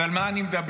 אז על מה אני מדבר?